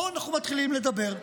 פה אנחנו מתחילים לדבר.